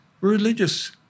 religious